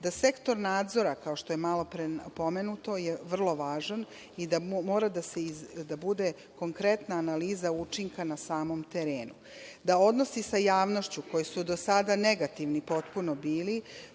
da Sektor nadzora kao što je malopre pomenuto je vrlo važan i da mora da bude konkretna analiza učinka na samom terenu. Da odnosi sa javnošću koji su do sada negativni i potpuno bili